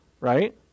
right